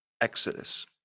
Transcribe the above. exodus